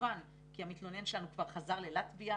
מקוון כי המתלונן שלנו כבר חזר ללטביה.